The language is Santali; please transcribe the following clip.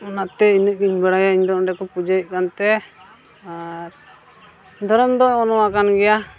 ᱚᱱᱟᱛᱮ ᱤᱱᱟᱹᱜ ᱜᱮᱧ ᱵᱟᱲᱟᱭᱟ ᱤᱧᱫᱚ ᱚᱸᱰᱮ ᱠᱚ ᱯᱩᱡᱟᱹᱭᱮᱫ ᱠᱟᱱᱛᱮ ᱟᱨ ᱫᱷᱚᱨᱚᱢ ᱫᱚ ᱱᱚᱣᱟ ᱠᱟᱱ ᱜᱮᱭᱟ